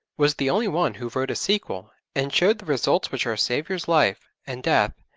was the only one who wrote a sequel and showed the results which our saviour's life, and death,